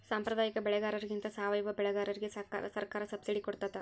ಸಾಂಪ್ರದಾಯಿಕ ಬೆಳೆಗಾರರಿಗಿಂತ ಸಾವಯವ ಬೆಳೆಗಾರರಿಗೆ ಸರ್ಕಾರ ಸಬ್ಸಿಡಿ ಕೊಡ್ತಡ